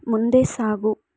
ಮುಂದೆ ಸಾಗು